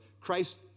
Christ